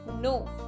No